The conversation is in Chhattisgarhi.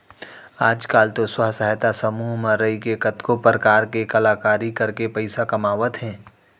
आज काल तो स्व सहायता समूह म रइके कतको परकार के कलाकारी करके पइसा कमावत हें